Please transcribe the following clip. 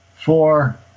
four